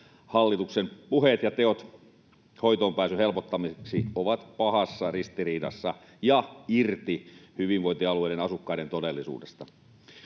hallituksen puheet ja teot hoitoonpääsyn helpottamiseksi ovat pahassa ristiriidassa ja irti hyvinvointialueiden asukkaiden todellisuudesta.